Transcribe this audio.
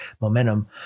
momentum